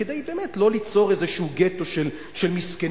כדי באמת לא ליצור איזה גטו של מסכנים,